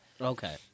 Okay